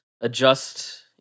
adjust